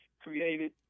created